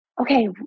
okay